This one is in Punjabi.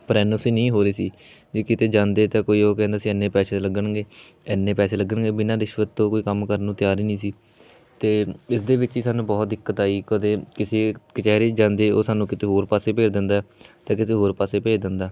ਪਰ ਐੱਨ ਓ ਸੀ ਨਹੀਂ ਹੋ ਰਹੀ ਸੀ ਜੇ ਕਿਤੇ ਜਾਂਦੇ ਤਾਂ ਕੋਈ ਉਹ ਕਹਿੰਦਾ ਸੀ ਇੰਨੇ ਪੈਸੇ ਲੱਗਣਗੇ ਇੰਨੇ ਪੈਸੇ ਲੱਗਣਗੇ ਬਿਨਾਂ ਰਿਸ਼ਵਤ ਤੋਂ ਕੋਈ ਕੰਮ ਕਰਨ ਨੂੰ ਤਿਆਰ ਹੀ ਨਹੀਂ ਸੀ ਤੇ ਇਸਦੇ ਵਿੱਚ ਹੀ ਸਾਨੂੰ ਬਹੁਤ ਦਿੱਕਤ ਆਈ ਕਦੇ ਕਿਸੇ ਕਚਹਿਰੀ ਜਾਂਦੇ ਉਹ ਸਾਨੂੰ ਕਿਤੇ ਹੋਰ ਪਾਸੇ ਭੇਜ ਦਿੰਦਾ ਅਤੇ ਕਿਸੇ ਹੋਰ ਪਾਸੇ ਭੇਜ ਦਿੰਦਾ